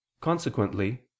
Consequently